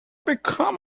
become